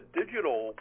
digital